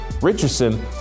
Richardson